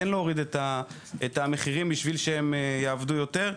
להוריד את המחירים בשביל שהם יעבדו יותר.